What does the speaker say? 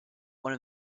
one